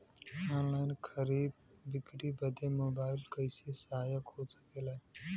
Online खरीद बिक्री बदे मोबाइल कइसे सहायक हो सकेला?